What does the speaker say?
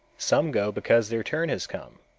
some go because their turn has come.